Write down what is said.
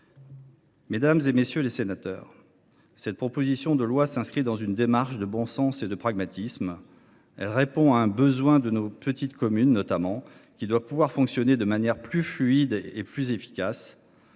supérieures. Mes chers collègues, cette proposition de loi s’inscrit dans une démarche de bon sens et de pragmatisme. Elle répond à un besoin de nos petites communes, qui doivent pouvoir fonctionner de manière plus fluide et plus efficace.